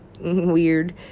weird